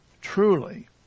truly